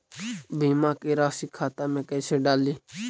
बीमा के रासी खाता में कैसे डाली?